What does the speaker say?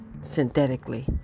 synthetically